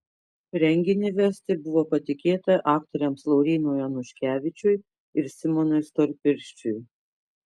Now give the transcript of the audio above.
renginį vesti buvo patikėta aktoriams laurynui onuškevičiui ir simonui storpirščiui